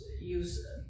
use